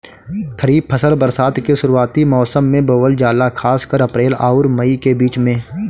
खरीफ फसल बरसात के शुरूआती मौसम में बोवल जाला खासकर अप्रैल आउर मई के बीच में